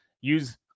Use